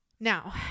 Now